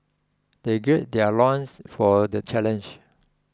they gird their loins for the challenge